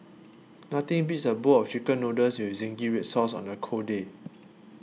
nothing beats a bowl of Chicken Noodles with Zingy Red Sauce on a cold day